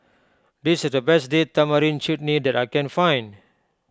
this is the best Date Tamarind Chutney that I can find